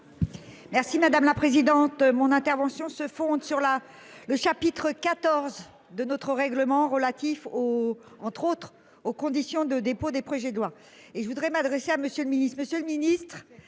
Merci madame la présidente, mon intervention se fonde sur la le chapitre 14 de notre règlement relatif aux entre autres aux conditions de dépôt des projets de loi.